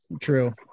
True